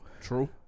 True